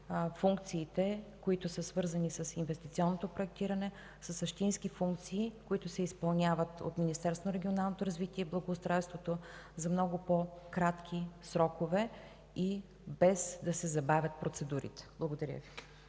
функциите, които са свързани с инвестиционното проектиране, са същински функции, които се изпълняват от Министерството на регионалното развитие и благоустройството за много по-кратки срокове и без да се забавят процедурите. Благодаря Ви.